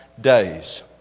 days